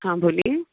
हाँ बोलिए